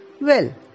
Well